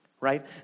right